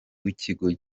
w’ikigo